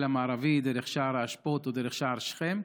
המערבי דרך שער האשפות או דרך שער שכם,